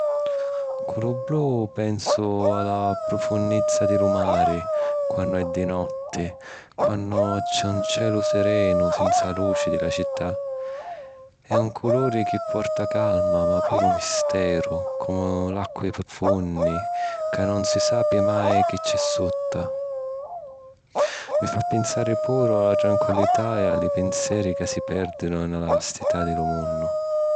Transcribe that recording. Cu lu blu pensu a la prufunnizza di lu mari quannu è di notti, quannu c’è un celu serenu senza luci di la cità. è un culuri chi porta calma ma puru misteru, comu l'acqui profunni ca nun si sapi mai chi c’è sutta. Mi fa pinsari puru a la tranquilità e a li pinseri ca si pèrdinu nni la vastità di lu munnu.